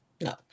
no